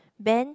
Ben